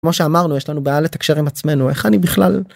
כמו שאמרנו יש לנו בעייה לתקשר עם עצמנו איך אני בכלל.